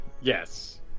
Yes